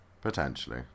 Potentially